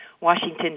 Washington